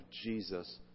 Jesus